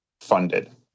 funded